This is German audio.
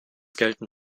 gelten